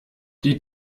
die